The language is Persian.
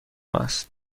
است